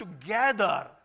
together